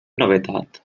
novetat